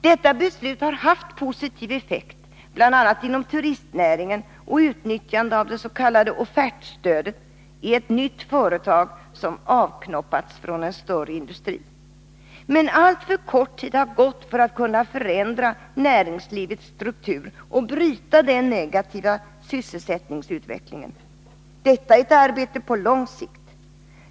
Detta beslut har haft positiv effekt, bl.a. inom turistnäringen och när det gäller utnyttjande av det s.k. offertstödet i ett nytt företag som ”avknoppats” från en större industri. Men alltför kort tid har gått för att man skall kunna ha förändrat näringslivets struktur och bryta den negativa sysselsättningsutvecklingen. Detta är ett arbete på lång sikt.